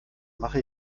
mache